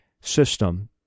system